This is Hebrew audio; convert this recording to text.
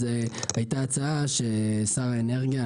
אז הייתה הצעה ששר האנרגיה,